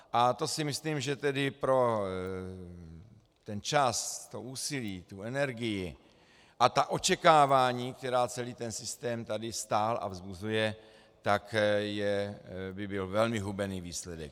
A to si myslím, že tedy pro ten čas, to úsilí, energii a očekávání, která celý systém stál a vzbuzuje, tak by byl velmi hubený výsledek.